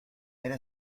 era